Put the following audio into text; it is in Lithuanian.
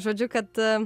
žodžiu kad